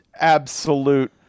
absolute